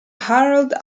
harold